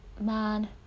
man